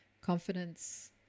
Confidence